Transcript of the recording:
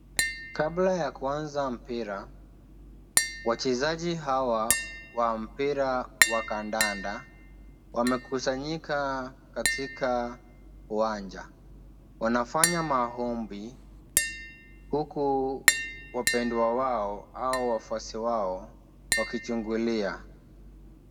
Kabla ya kuanza mpira, wachezaji hawa wa mpira wa kandanda, wamekusanyika katika uwanja. Wanafanya maombi huku wapendwa wao au wafuasi wao wakichungulia.